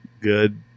good